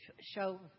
show